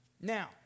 Now